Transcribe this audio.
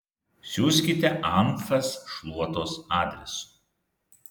siųskite anfas šluotos adresu